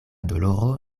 doloro